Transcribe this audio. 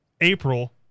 April